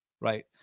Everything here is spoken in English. Right